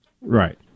Right